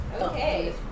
Okay